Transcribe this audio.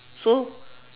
so